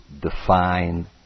define